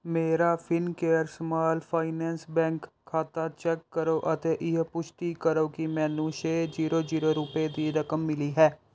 ਮੇਰਾ Fincare small finance bank ਖਾਤਾ check ਕਰੋ ਅਤੇ ਇਹ ਪੁਸ਼ਟੀ ਕਰੋ ਕਿ ਮੈਨੂੰ ਛੇ ਜੀਰੋ ਜੀਰੋ ਰੁਪਏ ਦੀ ਰਕਮ ਮਿਲੀ ਹੈ